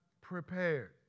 prepared